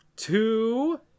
Two